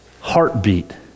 heartbeat